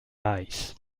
eyes